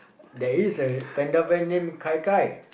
there is a panda bear named kai kai